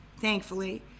Thankfully